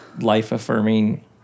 life-affirming